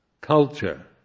culture